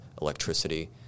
electricity